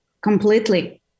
Completely